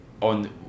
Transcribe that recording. on